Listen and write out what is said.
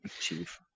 chief